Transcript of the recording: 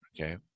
Okay